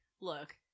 look